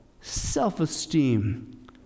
self-esteem